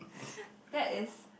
that is